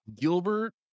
Gilbert